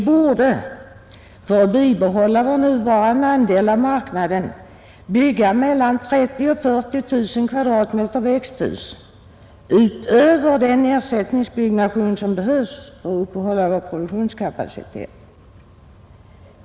För att bibehålla vår nuvarande andel av marknaden borde vi bygga mellan 30000 och 40 000 kvadratmeter växthus, utöver den ersättningsbyggnation som behövs för att upprätthålla vår produktionskapacitet.